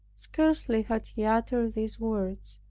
scarcely had he uttered these words,